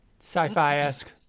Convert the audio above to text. sci-fi-esque